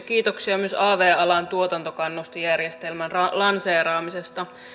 kiitoksia myös av alan tuotantokannustinjärjestelmän lanseeraamisesta